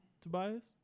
Tobias